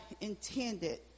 intended